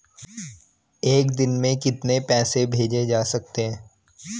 एक दिन में कितने पैसे भेजे जा सकते हैं?